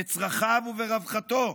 בצרכיו וברווחתו,